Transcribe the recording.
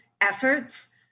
efforts